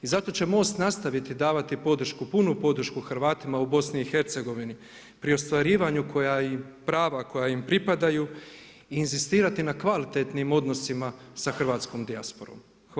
I zato će MOST nastaviti podršku, punu podršku Hrvatima u BiH-u pri ostvarivanju prava koja im pripadaju i inzistirati na kvalitetnim odnosima sa hrvatskom dijasporom.